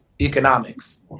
economics